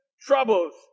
troubles